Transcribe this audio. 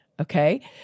Okay